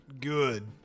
Good